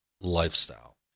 lifestyle